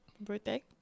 birthday